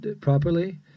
properly